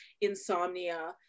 insomnia